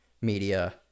media